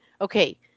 okay